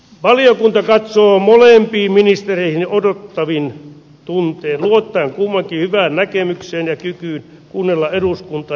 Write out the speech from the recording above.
valiokunta katsoo molempiin ministereihin odottavin tuntein luottaen kummankin hyvään näkemykseen ja kykyä kuunnella eduskunta